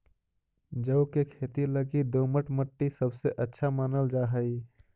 जौ के खेती लगी दोमट मट्टी सबसे अच्छा मानल जा हई